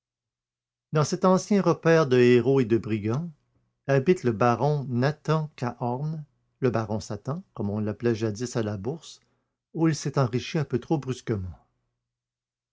dans cet ancien repaire de héros et de brigands habite le baron nathan cahorn le baron satan comme on l'appelait jadis à la bourse où il s'est enrichi un peu trop brusquement